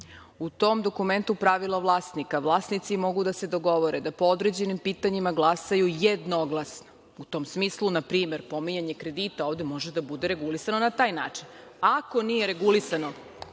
U tom dokumentu, pravilo vlasnika, vlasnici mogu da se dogovore da po određenim pitanjima glasaju jednoglasno. U tom smislu, na primer, pominjanje kredita ovde može da bude regulisano na taj način. Ako nije regulisano